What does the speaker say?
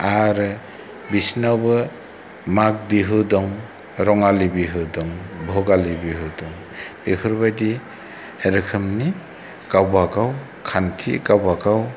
आरो बिसोरनावबो माग बिहु दं रङालि बिहु दं भगालि बिहु दं बेफोरबादि रोखोमनि गावबागाव खान्थि गावबागाव